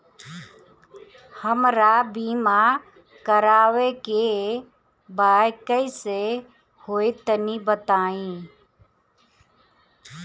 हमरा बीमा करावे के बा कइसे होई तनि बताईं?